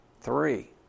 Three